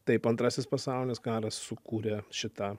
taip antrasis pasaulinis karas sukūrė šitą